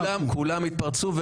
כולם התפרצו.